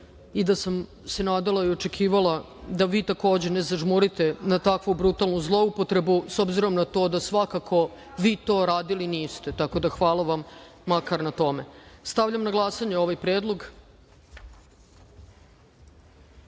i da sam se nadala i očekivala da vi takođe ne zažmurite na takvu brutalnu zloupotrebu, s obzirom na to da svakako vi to radili niste, tako da hvala vam makar na tome. Stavljam na glasanje ovaj